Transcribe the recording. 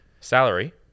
salary